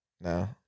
no